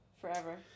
Forever